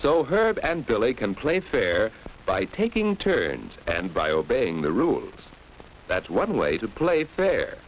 so herb and belay can play fair by taking turns and by obeying the rules that's one way to play fair